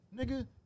nigga